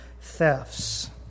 thefts